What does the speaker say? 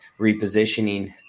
repositioning